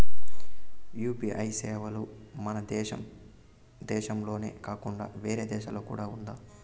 UPI సేవలు మన దేశం దేశంలోనే కాకుండా వేరే దేశాల్లో కూడా ఉందా?